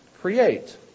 create